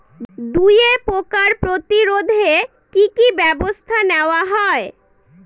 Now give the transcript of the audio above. দুয়ে পোকার প্রতিরোধে কি কি ব্যাবস্থা নেওয়া হয়?